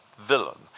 villain